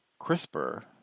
CRISPR